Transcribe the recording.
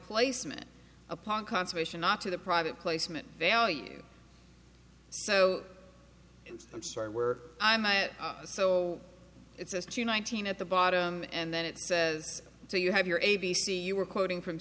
placement upon conservation not to the private placement value so i'm sorry where i met up so it's to nineteen at the bottom and then it says so you have your a b c you were quoting from